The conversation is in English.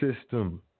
system